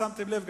אם שמתם לב,